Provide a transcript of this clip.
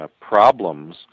problems